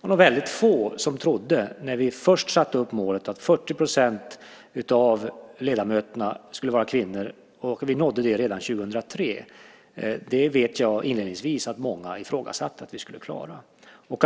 var nog väldigt få som trodde det, när vi först satte upp målet, att 40 % av ledamöterna skulle vara kvinnor. Vi nådde det redan 2003. Jag vet att det inledningsvis var många som ifrågasatte att vi skulle klara det.